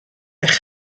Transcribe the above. eich